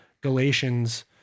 Galatians